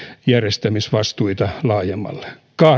järjestämisvastuita laajemmalle